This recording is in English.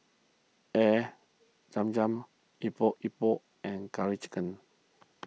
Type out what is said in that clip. Air Zam Zam Epok Epok and Curry Chicken